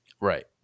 Right